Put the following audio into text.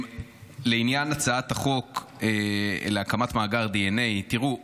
לעניין הצעת החוק להקמת מאגר דנ"א, תראו,